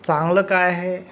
चांगलं काय आहे